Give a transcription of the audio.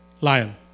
lion